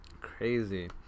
crazy